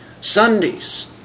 Sundays